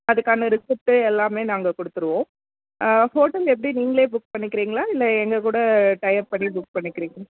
அதற்கான ரெசிப்ட்டு எல்லாமே நாங்கள் கொடுத்துருவோம் ஹோட்டல் எப்படி நீங்களே புக் பண்ணிக்கிறிங்களா இல்லை எங்கள் கூட டையப் பண்ணி புக் பண்ணிக்கிறிங்களா